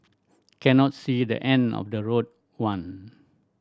cannot see the end of the road one